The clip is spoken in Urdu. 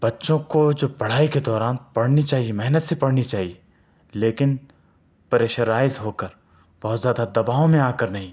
بّچوں کو جو پڑھائی کے دوران پڑھنی چاہیے محنت سے پڑھنی چاہیے لیکن پریشرائیز ہو کر بہت زیادہ دباؤ میں آ کر نہیں